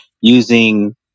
using